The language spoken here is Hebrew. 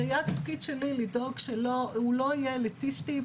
זה היה התפקיד שלי לדאוג שהוא לא יהיה אליטיסטי,